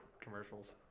commercials